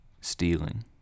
stealing